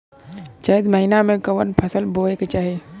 चैत महीना में कवन फशल बोए के चाही?